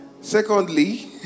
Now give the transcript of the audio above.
secondly